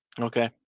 okay